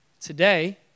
Today